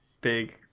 Big